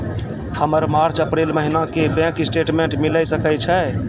हमर मार्च अप्रैल महीना के बैंक स्टेटमेंट मिले सकय छै?